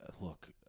look